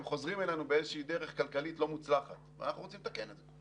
הם חוזרים אלינו בדרך כלכלית לא מוצלחת ואנחנו רוצים לתקן את זה.